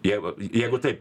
jeigu jeigu taip